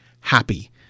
happy